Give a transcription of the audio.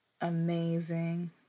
Amazing